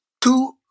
two